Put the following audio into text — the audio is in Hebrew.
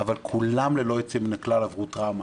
אבל כולם ללא יוצא מן הכלל עברו טראומה.